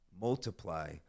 multiply